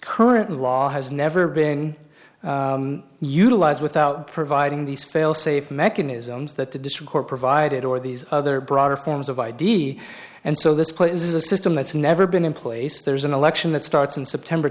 current law has never been utilized without providing these failsafe mechanisms that the disk or provided or these other broader forms of id and so this place is a system that's never been in place there's an election that starts in september